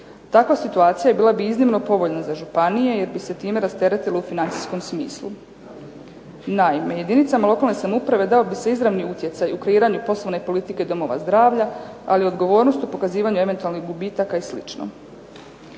Takva situaciji bila bi iznimno povoljna za županije jer bi se time rasteretilo u financijskom smislu. Naime, jedinicama lokalne samouprave dao bi se izravni utjecaj u kreiranju poslovne politike domova zdravlja, ali i odgovornost u pokazivanju eventualnih gubitaka i sl.